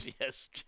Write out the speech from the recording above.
Yes